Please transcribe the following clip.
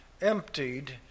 emptied